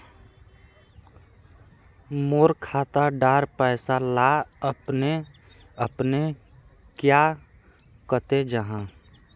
मोर खाता डार पैसा ला अपने अपने क्याँ कते जहा?